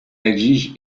exigent